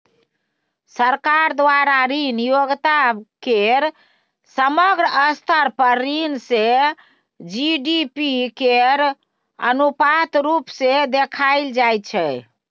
सरकार द्वारा ऋण योग्यता केर समग्र स्तर पर ऋण सँ जी.डी.पी केर अनुपात रुप सँ देखाएल जाइ छै